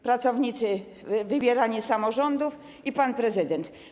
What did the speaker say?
Pracownicy wybierani z samorządów i pan prezydent.